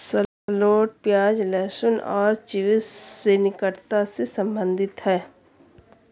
shallots प्याज, लहसुन और चिव्स से निकटता से संबंधित है